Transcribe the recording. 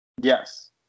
Yes